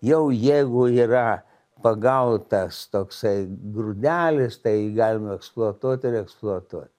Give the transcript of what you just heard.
jau jeigu yra pagautas toksai grūdelis tai galima eksploatuot ir eksploatuot